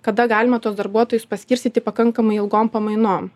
kada galima tuos darbuotojus paskirstyti pakankamai ilgom pamainom